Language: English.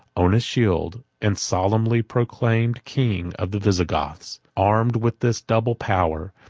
on a shield, and solemnly proclaimed king of the visigoths. armed with this double power,